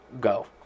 go